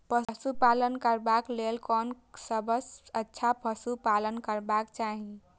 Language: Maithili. पशु पालन करबाक लेल कोन सबसँ अच्छा पशु पालन करबाक चाही?